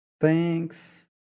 Thanks